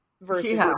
versus